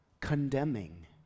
condemning